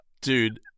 Dude